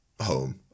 home